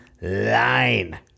line